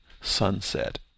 sunset